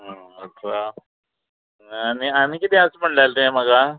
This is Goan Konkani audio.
आनी आनी किदें आसा म्हणलें तें म्हाका